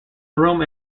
room